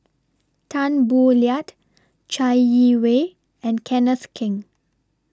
Tan Boo Liat Chai Yee Wei and Kenneth Keng